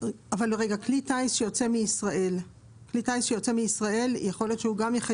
לבין מצב מיוחד שבו יכול להיות שהסיכון הוא בכלל